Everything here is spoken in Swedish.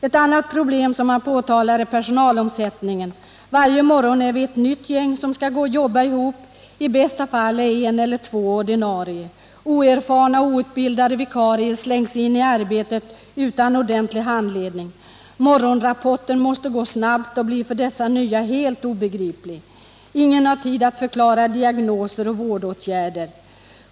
Ett annat problem som påtalas är personalomsättningen, och man säger: ”Varje morgon är vi ett nytt gäng som ska jobba ihop. I bästa fall är en eller två ordinarie. Oerfarna, outbildade vikarier slängs in i arbetet utan ordentlig handledning. Morgonrapporten måste gå snabbt och blir för dessa nya helt obegriplig. Ingen har tid att förklara diagnoser och vårdåtgärder.